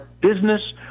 business